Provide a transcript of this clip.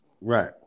Right